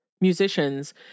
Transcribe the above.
musicians